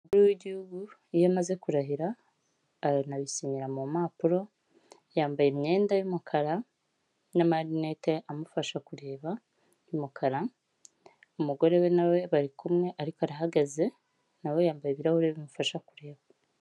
Umukuru w'igihugu iyo amaze kurahira aranabisinyira mu mpapuro, yambaye imyenda y'umukara n'amarinete amufasha kureba y'umukara. Umugore we nawe bari kumwe ariko arahagaze, nawe yambaye ibirahuri bimufasha kureba.